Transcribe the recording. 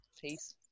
Peace